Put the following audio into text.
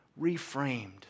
reframed